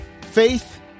faith